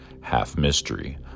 half-mystery